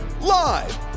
Live